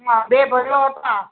હા બે ભઈઓ હતા